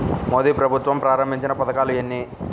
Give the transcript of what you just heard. మోదీ ప్రభుత్వం ప్రారంభించిన పథకాలు ఎన్ని?